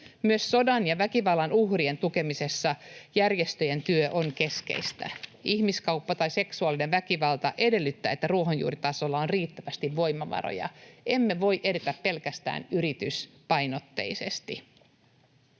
Myös sodan ja väkivallan uhrien tukemisessa järjestöjen työ on keskeistä. Ihmiskauppa tai seksuaalinen väkivalta edellyttävät, että ruohonjuuritasolla on riittävästi voimavaroja. Emme voi edetä pelkästään yrityspainotteisesti.